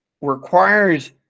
requires